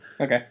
Okay